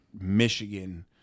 Michigan